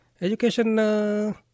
Education